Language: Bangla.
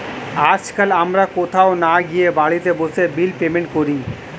আজকাল আমরা কোথাও না গিয়ে বাড়িতে বসে বিল পেমেন্ট করি